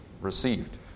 received